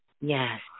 Yes